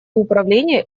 управление